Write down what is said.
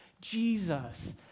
Jesus